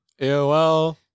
AOL